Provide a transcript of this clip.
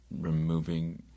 Removing